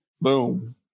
Boom